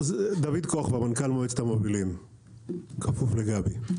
אני מנכ"ל מועצת המובילים, אני כפוף לגבי.